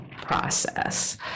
process